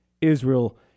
Israel